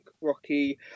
rocky